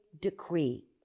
decree